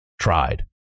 tried